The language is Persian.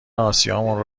آسیامون